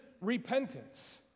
repentance